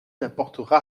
n’apportera